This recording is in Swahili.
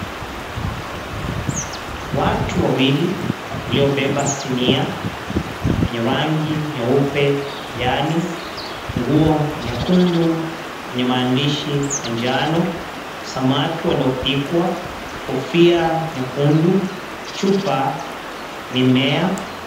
Watu wawili waliobeba sinia zenye rangi nyeupe na kijani, nguo nyekundu yenye maandishi ya manjano, samaki waliopikwa, kofia nyekundu chupa.